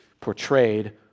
portrayed